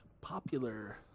popular